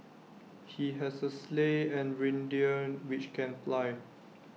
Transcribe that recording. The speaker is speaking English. he has A sleigh and reindeer which can fly